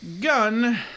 Gun